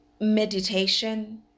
meditation